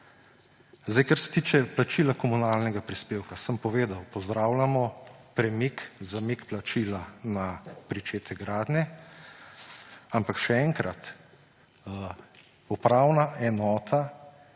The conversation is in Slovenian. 2005. Kar se tiče plačila komunalnega prispevka, sem povedal, pozdravljamo premik, zamik plačila na pričetek gradnje, ampak še enkrat, upravna enota